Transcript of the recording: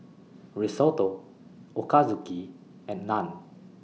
Risotto Ochazuke and Naan